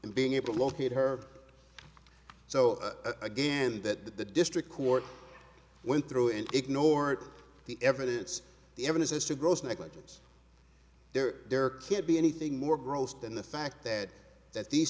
and being able to locate her so again that the district court went through and ignored the evidence the evidence as to gross negligence there there can't be anything more gross than the fact that that these